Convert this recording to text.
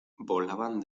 volaban